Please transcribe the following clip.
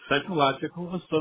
psychological